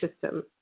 system